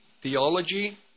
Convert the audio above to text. theology